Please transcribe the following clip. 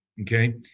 Okay